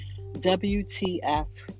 WTF